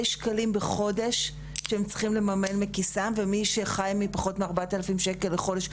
שקלים בחודש שהם צריכים לממן מכיסם ומי שחי מפחות מ-4,000 שקל לחודש,